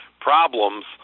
problems